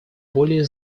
более